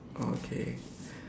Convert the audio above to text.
oh okay